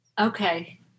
Okay